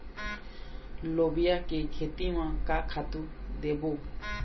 लोबिया के खेती म का खातू देबो?